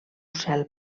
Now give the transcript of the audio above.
cel